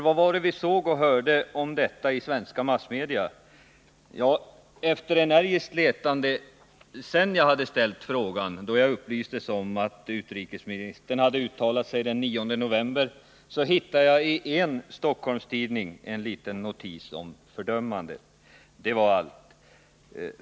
Vad var det vi såg och hörde om detta i svenska massmedia? Ja, efter energiskt letande sedan jag hade ställt frågan — då jag upplystes om att utrikesministern hade uttalat sig den 9 november — hittade jag i en Stockholmstidning en liten notis om fördömandet. Det var allt.